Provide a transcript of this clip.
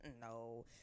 no